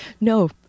No